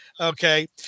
Okay